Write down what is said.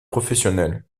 professionnel